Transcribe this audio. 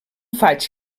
faig